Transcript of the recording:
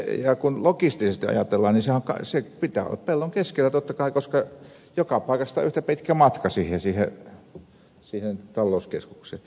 ja kun logistisesti ajatellaan niin sen pitää olla pellon keskellä totta kai koska joka paikasta on yhtä pitkä matka siihen talouskeskukseen